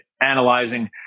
analyzing